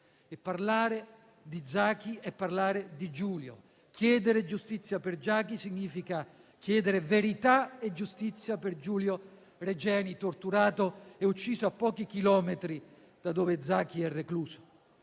Parlare di Zaki è parlare di Giulio. Chiedere giustizia per Zaki significa chiedere verità e giustizia per Giulio Regeni, torturato e ucciso a pochi chilometri da dove Zaki è recluso.